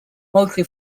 mostly